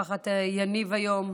משפחת יניב היום